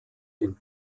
ein